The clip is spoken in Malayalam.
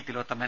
തിലോത്തമൻ